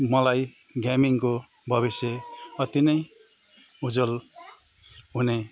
मलाई गेमिङको भविष्य अति नै उज्ज्वल हुने